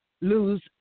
lose